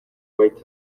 white